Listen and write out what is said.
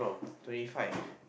twenty five